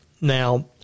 Now